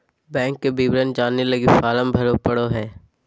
bank के विवरण जाने लगी फॉर्म भरे पड़ो हइ